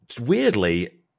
Weirdly